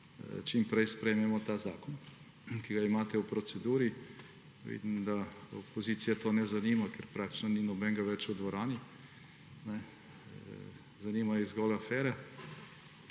čim prej sprejmemo ta zakon, ki ga imate v proceduri. Vidim, da opozicije to ne zanima, ker praktično ni nobenega več v dvorani. Zanimajo jih zgolj afere,